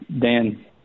Dan